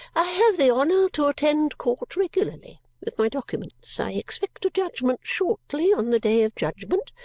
i have the honour to attend court regularly. with my documents. i expect a judgment. shortly. on the day of judgment.